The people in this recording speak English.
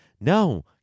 No